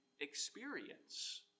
experience